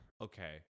Okay